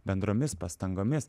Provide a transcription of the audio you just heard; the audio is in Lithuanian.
bendromis pastangomis